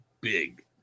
big